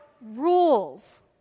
rules